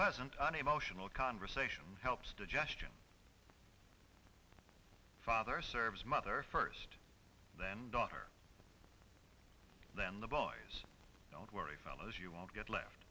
pleasant unemotional conversation helps the gesture father serves mother first then daughter then the boys don't worry fellows you won't get left